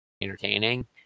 entertaining